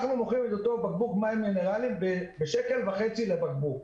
אנחנו מוכרים את אותו בקבוק מים מינרליים ב-1.8-1.5 שקל לבקבוק.